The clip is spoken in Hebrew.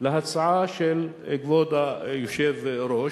להצעה של כבוד היושב-ראש,